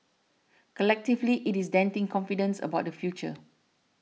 collectively it is denting confidence about the future